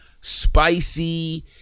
spicy